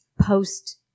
post